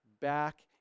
back